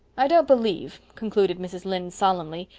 i don't believe, concluded mrs. lynde solemnly,